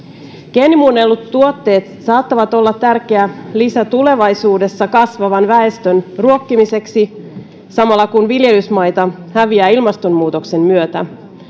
geenimuunnellut tuotteet saattavat olla tärkeä lisä tulevaisuudessa kasvavan väestön ruokkimiseksi samalla kun viljelysmaita häviää ilmastonmuutoksen myötä